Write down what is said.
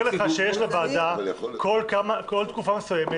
אני מזכיר לך שיש לוועדה כל תקופה מסוימת